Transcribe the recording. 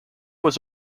was